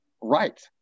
right